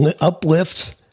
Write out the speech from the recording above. uplifts